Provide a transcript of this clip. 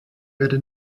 werde